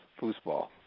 Foosball